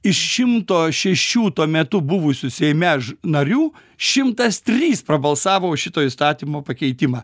iš šimto šešių tuo metu buvusių seime ž narių šimtas trys prabalsavo už šito įstatymo pakeitimą